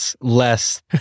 Less